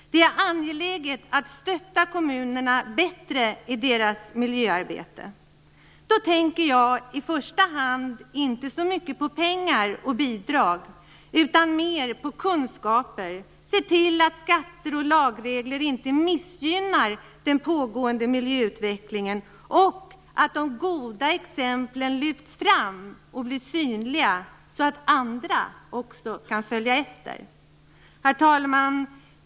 Det är angeläget att stötta kommunerna bättre i deras miljöarbete. Då tänker jag i första hand inte så mycket på pengar och bidrag utan mer på kunskaper, att man skall se till att skatter och lagregler inte missgynnar den pågående miljöutvecklingen och att de goda exemplen lyfts fram och blir synliga, så att andra också kan följa efter. Herr talman!